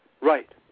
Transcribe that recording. Right